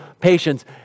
patience